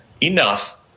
enough